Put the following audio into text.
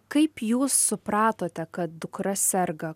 kaip jūs supratote kad dukra serga